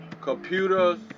computers